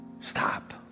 Stop